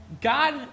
God